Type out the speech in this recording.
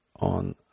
on